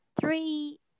three